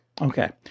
Okay